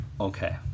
Okay